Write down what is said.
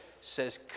says